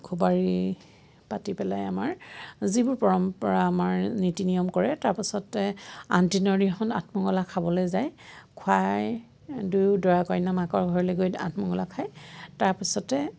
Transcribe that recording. খোবাৰি পাতি পেলাই আমাৰ যিবোৰ পৰম্পৰা আমাৰ নীতি নিয়ম কৰে তাৰ পাছতে আঠদিনৰ দিনাখন আঠমঙলা খাবলৈ যায় খোৱাই দুয়ো দৰা কইনা মাকৰ ঘৰলৈ গৈ আঠমঙলা খায় তাৰ পাছতে